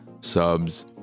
subs